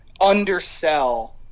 undersell